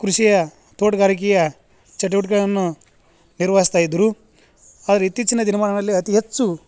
ಕೃಷಿಯ ತೋಟಗಾರಿಕೆಯ ಚಟುವಟಿಕೆಗಳನ್ನು ನಿರ್ವಹಿಸ್ತಾ ಇದ್ದರು ಆದ್ರೆ ಇತ್ತೀಚಿನ ದಿನಮಾನಗಳಲ್ಲಿ ಅತಿ ಹೆಚ್ಚು